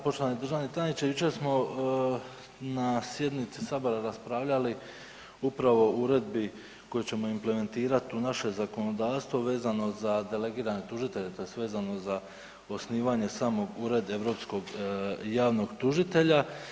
Poštovani državni tajniče, jučer smo na sjednici sabora raspravljali upravo o uredbi koju ćemo implementirat u naše zakonodavstvo vezano za delegirane tužitelje tj. vezano za osnivanje samog ureda europskog javnog tužitelja.